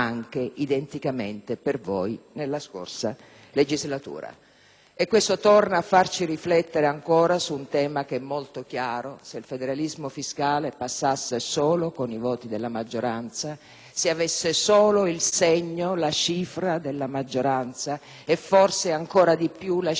Questo torna a farci riflettere ancora su un tema che è molto chiaro: se il federalismo fiscale passasse solo con i voti della maggioranza, se avesse solo il segno e la cifra della maggioranza, e forse, ancora di più, la cifra soltanto di una delle forze che compongono la maggioranza, cosa accadrebbe?